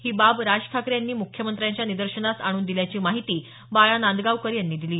ही बाब राज ठाकरे यांनी मुख्यमंत्र्याच्या निदर्शनास आणून दिल्याची माहिती बाळा नांदगावकर यांनी दिली